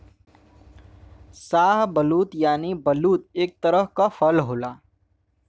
शाहबलूत यानि बलूत एक तरह क फल होला